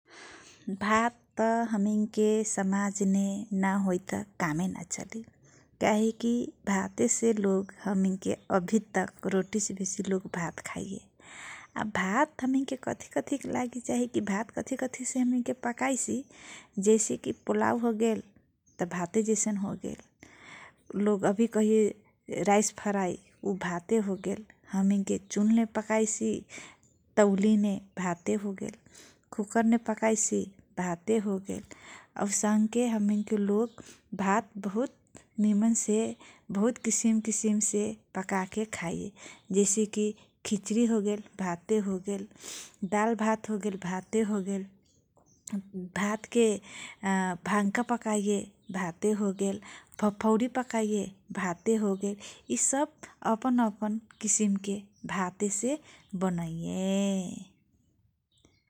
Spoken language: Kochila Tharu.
भात हमैनके समाजने ना होइ त कामे न चलि काहे कि भातेसे लोग हमैनको अभितक रोटिसे बेसि लोग भात खाइये । आ भात हमैनके कथि कथि के लागि चाहि कि भात हमैनके कथिकथिसे पकाइसी जैसे की पुलाउ होगेल त भाते जैसन होगेल । लोग अभि कहैये राइस फ्राइ उ भाते होगेल । हमैनके चुल्हने पकाइसि तउलीने भाते होगेल कुकरने पकाइसी भाते होगेल । औसन्के हमैनके लोग भात बहुत निमनसे बहुत किसिम किसिमसे पकाके खाइये । जैसे कि खिचरी होगेत भाते होगेल दाल भात होगेल भाते होगेल । भातके भन्का पकाइये भाते होगेल भफउरी पकाइये भाते होगेल । इसब अपन अपन किसिमके भातेसे बनैये ।